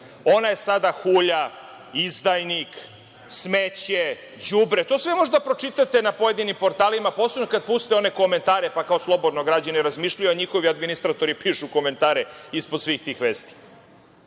ona je sada hulja, izdajnik, smeće, đubre. To sve možete da pročitate na pojedinim portalima, posebno kad pustite one komentare pa, kao, slobodno građani razmišljaju a njihovi administratori pišu komentare ispod svih tih